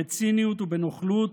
בציניות ובנוכלות,